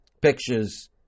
pictures